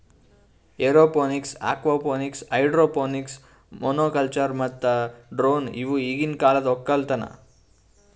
aeroponics, aquaponics, hydroponics, monoculture ಮತ್ತ drone ಇವು ಈಗಿನ ಕಾಲದ ಒಕ್ಕಲತನ